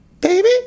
Baby